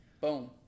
Boom